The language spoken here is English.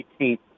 18th